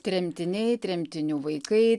tremtiniai tremtinių vaikai